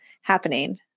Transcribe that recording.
happening